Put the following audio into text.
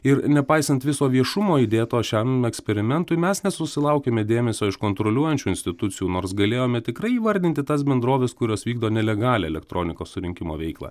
ir nepaisant viso viešumo įdėto šiam eksperimentui mes nesusilaukiame dėmesio iš kontroliuojančių institucijų nors galėjome tikrai įvardinti tas bendroves kurios vykdo nelegalią elektronikos surinkimo veiklą